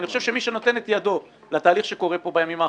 אני חושב שמי שנותן את ידו לתהליך שקורה פה בימים האחרונים,